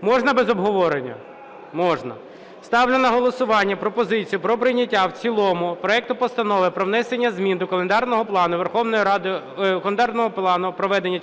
Можна без обговорення? Можна. Ставлю на голосування пропозицію про прийняття в цілому проекту Постанови про внесення змін до календарного плану проведення